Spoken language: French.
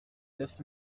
neuf